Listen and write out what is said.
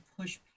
push